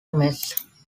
mess